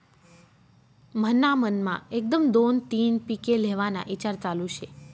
मन्हा मनमा एकदम दोन तीन पिके लेव्हाना ईचार चालू शे